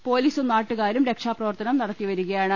പ്പൊലീസും നാട്ടു കാരും രക്ഷാപ്രവർത്തനം നടത്തി വരികയാണ്